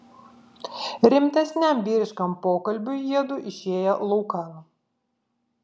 rimtesniam vyriškam pokalbiui jiedu išėję laukan